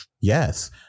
Yes